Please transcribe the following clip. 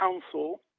council